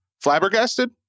Flabbergasted